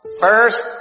First